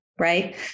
right